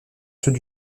ceux